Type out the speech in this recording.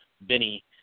Benny